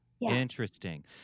interesting